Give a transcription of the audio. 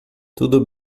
tudo